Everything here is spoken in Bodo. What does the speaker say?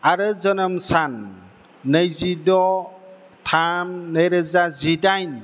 आरो जोनोम सान नैजिद' थाम नैरोजा जिदाइन